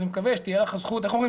ואני מקווה שתהיה לך הזכות, איך אומרים?